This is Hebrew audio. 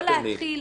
ולא להתחיל